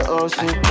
ocean